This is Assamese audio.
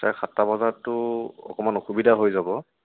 ছাৰ সাতটা বজাতটো অকণমান অসুবিধা হৈ যাব